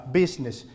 business